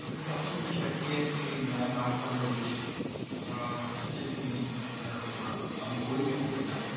ਮੇਰੀ ਸਭ ਤੋਂ ਵੱਡੀ ਸ਼ਕਤੀ ਹੈ ਕਿ ਮੈਂ ਕੰਮ ਕਰਨ ਦੇ ਵਿੱਚ ਝਿਜਕ ਨਹੀਂ ਮਹਿਸੂਸ ਕਰਦਾ ਕੰਮ ਕੋਈ ਵੀ ਹੋਵੇ ਚਾਹੇ